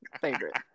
favorite